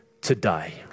today